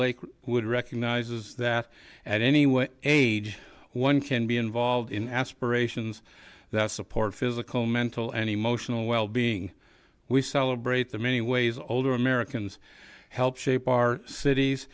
lake would recognizes that and anyway age one can be involved in aspirations that support physical mental and emotional well being we celebrate the many ways older americans help shape our cities